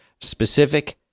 specific